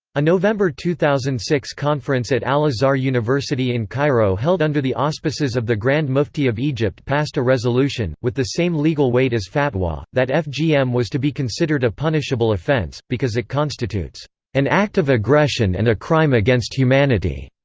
a november two thousand and six conference at al-azhar university in cairo held under the auspices of the grand mufti of egypt passed a resolution with the same legal weight as fatwa that fgm ah um was to be considered a punishable offence, offence, because it constitutes an act of aggression and a crime against humanity.